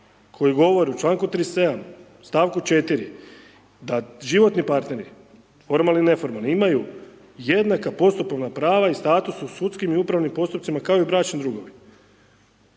koji govori u čl. 37. st. 4. da životni partneri formalni ili neformalni imaju jednaka postupovna prava i status u sudskim i upravnim postupcima kao i bračni drugovi.